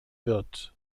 wird